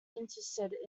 interested